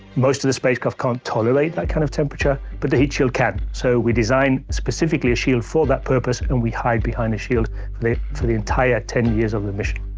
most of the spacecraft can't tolerate that kind of temperature, but the heat shield can. so we designed specifically a shield for that purpose and we hide behind the shield for the entire ten years of the mission.